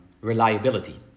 reliability